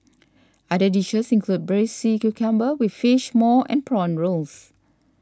other dishes include Braised Sea Cucumber with Fish Maw and Prawn Rolls